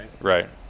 Right